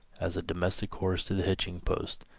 as a domestic horse to the hitching-post,